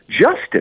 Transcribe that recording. justice